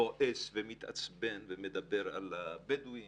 כועס ומתעצבן ומדבר על הבדואים